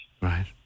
Right